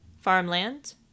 farmland